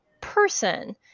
person